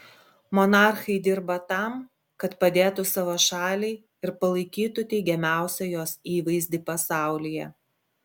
monarchai dirba tam kad padėtų savo šaliai ir palaikytų teigiamiausią jos įvaizdį pasaulyje